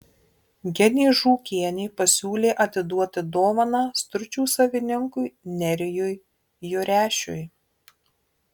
genė žūkienė pasiūlė atiduoti dovaną stručių savininkui nerijui jurešiui